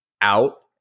out